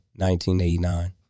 1989